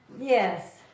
Yes